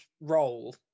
role